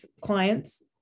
clients